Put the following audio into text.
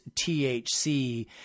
THC